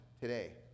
today